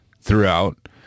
throughout